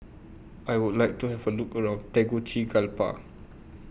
I Would like to Have A Look around Tegucigalpa